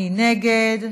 מי נגד?